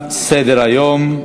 תם סדר-היום.